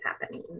happening